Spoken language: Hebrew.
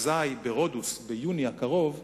אזי ברודוס, ביוני הקרוב,